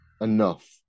enough